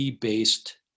based